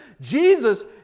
Jesus